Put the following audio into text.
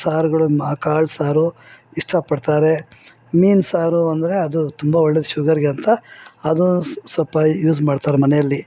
ಸಾರುಗಳು ಮ ಕಾಳು ಸಾರು ಇಷ್ಟಪಡ್ತಾರೆ ಮೀನುಸಾರು ಅಂದರೆ ಅದು ತುಂಬ ಒಳ್ಳೇದು ಶುಗರ್ಗೆ ಅಂತ ಅದೂ ಸಹ ಸಪ್ಪೆ ಯೂಸ್ ಮಾಡ್ತರೆ ಮನೆಯಲ್ಲಿ